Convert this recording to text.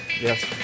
Yes